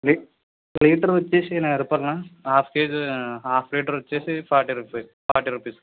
లీ litre వచ్చేసి ఎనభై రూపాయలన్నా హాఫ్ కేజీ హాఫ్ లీటర్ వచ్చేసి ఫార్టీ రూపీస్ ఫార్టీ రూపీస్